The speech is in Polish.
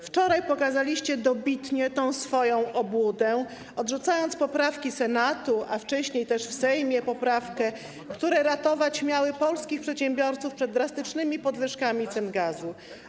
Wczoraj pokazaliście dobitnie tę swoją obłudę, odrzucając poprawki Senatu, a wcześniej też poprawkę w Sejmie, które miały ratować polskich przedsiębiorców przed drastycznymi podwyżkami cen gazu.